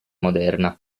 moderna